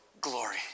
glory